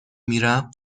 میرم